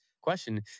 question